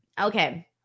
Okay